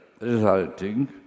resulting